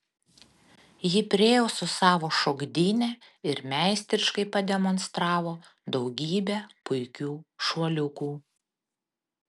ji priėjo su savo šokdyne ir meistriškai pademonstravo daugybę puikių šuoliukų